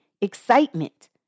excitement